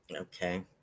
Okay